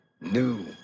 New